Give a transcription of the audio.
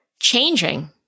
changing